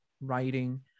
writing